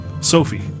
Sophie